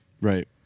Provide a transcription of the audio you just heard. Right